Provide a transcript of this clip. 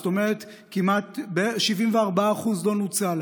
זאת אומרת ש-74% לא נוצל.